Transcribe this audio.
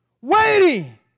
waiting